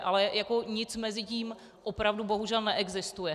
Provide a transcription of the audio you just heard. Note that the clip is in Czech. Ale nic mezi tím opravdu bohužel neexistuje.